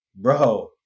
Bro